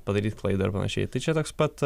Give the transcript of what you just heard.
padaryt klaidą ir panašiai tai čia toks pat